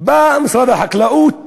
בא משרד החקלאות